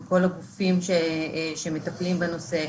עם כל הגופים שמטפלים בנושא,